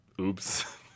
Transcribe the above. oops